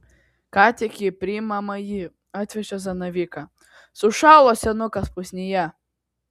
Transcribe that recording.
ką tik į priimamąjį atvežė zanavyką sušalo senukas pusnyje